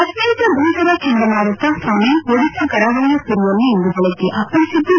ಅತ್ಯಂತ ಭೀಕರ ಚಂಡ ಮಾರುತ ಫನಿ ಒಡಿಶಾ ಕರಾವಳಿಯ ಪುರಿಯಲ್ಲಿ ಇಂದು ಬೆಳಿಗ್ಗೆ ಅಪ್ಪಳಿಸಿದ್ದು